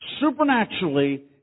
Supernaturally